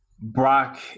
Brock